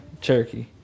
Cherokee